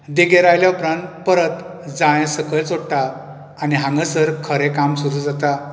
देगेर आयल्या उपरांत परत जाळे सकयल सोडटात आनी हांगासर खरें काम सुरू जाता